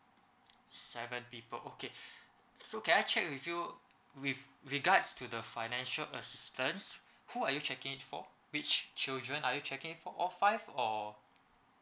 seven people okay so can I check with you with regards to the financial assistance who are you checking it for which children are you checking it for all five or